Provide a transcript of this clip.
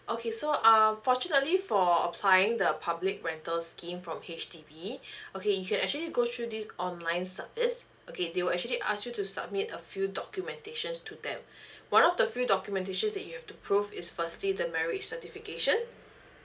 okay so um fortunately for applying the public rental scheme from H_D_B okay you can actually go through this online service okay they will actually ask you to submit a few documentations to them one of the few documentations is that you have to prove is firstly the marriage certification